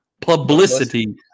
publicity